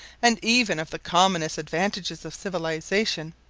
and even of the commonest advantages of civilization,